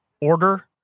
order